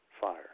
Fire